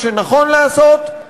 מה שנכון לעשות,